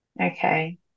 Okay